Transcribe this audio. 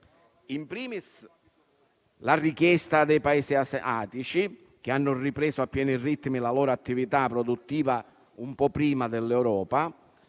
*in primis,* alla richiesta dei Paesi asiatici, che hanno ripreso a pieno ritmo la loro attività produttiva un po' prima dell'Europa,